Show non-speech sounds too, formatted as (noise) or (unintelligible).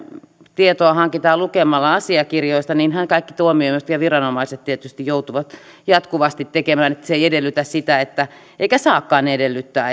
tietoa hankitaan lukemalla asiakirjoista niinhän kaikki viranomaiset tietysti joutuvat jatkuvasti tekemään niin että se että pysyy ajan tasalla ei edellytä eikä saakaan edellyttää (unintelligible)